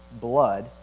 blood